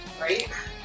Right